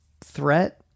threat